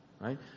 right